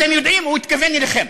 אתם יודעים, הוא התכוון אליכם,